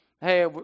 hey